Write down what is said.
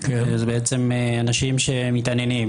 זה בעצם אנשים שמתעניינים.